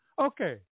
okay